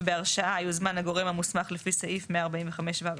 ובהרשאה יוזמן הגורם המוסמך לפי סעיף 145(ו)(1);